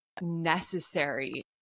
necessary